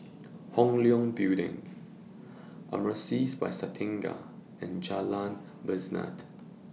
Hong Leong Building Amaris By Santika and Jalan Besut